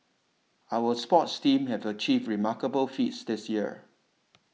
our sports teams have achieved remarkable feats this year